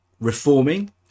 reforming